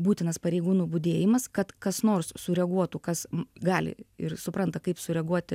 būtinas pareigūnų budėjimas kad kas nors sureaguotų kas gali ir supranta kaip sureaguoti